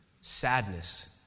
sadness